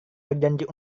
berjanji